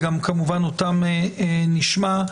וכמובן שגם אותם נשמע,